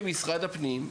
כמשרד הפנים,